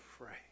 afraid